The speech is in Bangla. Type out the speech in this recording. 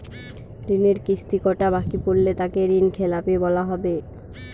ঋণের কিস্তি কটা বাকি পড়লে তাকে ঋণখেলাপি বলা হবে?